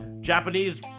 Japanese